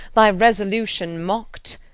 thy resolution mock'd,